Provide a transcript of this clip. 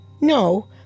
No